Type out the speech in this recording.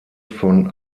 von